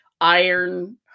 iron